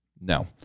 No